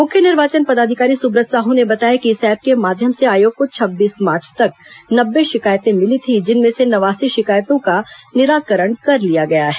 मुख्य निर्वाचन पदाधिकारी सुब्रत साहू ने बताया कि इस ऐप के माध्यम से आयोग को छब्बीस मार्च तक नब्बे शिकायतें मिली थीं जिनमें से नवासी शिकायतों का निराकरण कर लिया गया है